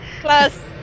plus